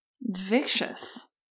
Vicious